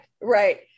Right